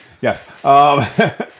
Yes